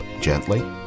gently